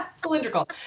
Cylindrical